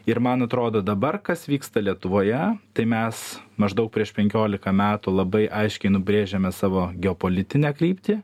ir man atrodo dabar kas vyksta lietuvoje tai mes maždaug prieš penkiolika metų labai aiškiai nubrėžėme savo geopolitinę kryptį